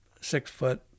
six-foot